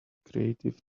creative